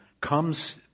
comes